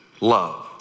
love